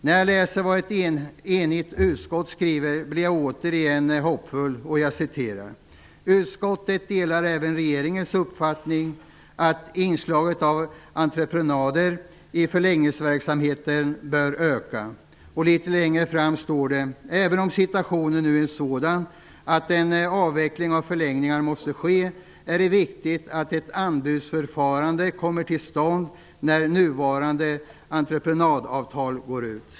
När jag läser vad ett enigt utskott skriver blir jag återigen hoppfull: ''Utskottet delar även regeringens uppfattning att inslaget av entreprenader i förläggningsverksamheten bör öka.'' Litet längre ner i texten står det: ''Även om situationen nu är sådan att en avveckling av förläggningar måste ske, är det viktigt att ett anbudsförfarande kommer till stånd när nuvarande entreprenadavtal går ut.''